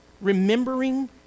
remembering